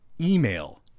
email